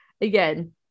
Again